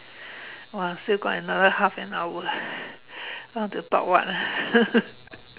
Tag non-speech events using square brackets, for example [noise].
!wah! still got another half an hour eh [breath] want to talk what ah [laughs]